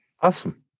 Awesome